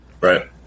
Right